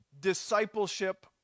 discipleship